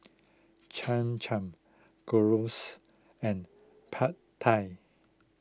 Cham Cham Gyros and Pad Thai